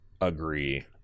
agree